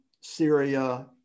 Syria